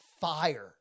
fire